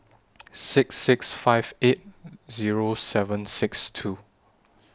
six six five eight Zero seven six two